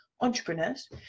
entrepreneurs